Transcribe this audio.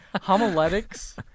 Homiletics